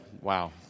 Wow